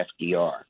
FDR